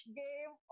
game